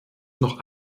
noch